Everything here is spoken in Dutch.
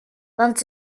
want